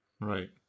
right